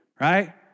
Right